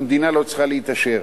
המדינה לא צריכה להתעשר.